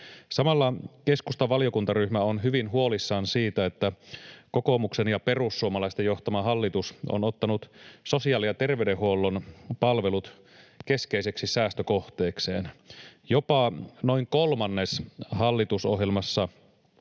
Samalla keskustan valiokuntaryhmä on hyvin huolissaan siitä, että kokoomuksen ja perussuomalaisten johtama hallitus on ottanut sosiaali- ja terveydenhuollon palvelut keskeiseksi säästökohteekseen. Jopa noin kolmannes hallituksen